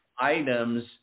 items